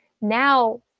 now